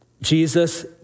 Jesus